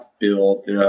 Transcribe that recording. build